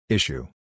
Issue